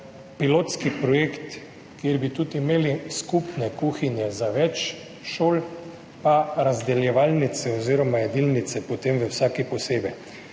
pilotski projekt, kjer bi tudi imeli skupne kuhinje za več šol pa razdeljevalnice oziroma jedilnice potem v vsaki posebej.